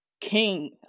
King